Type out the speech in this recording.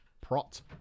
prot